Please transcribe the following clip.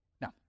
Now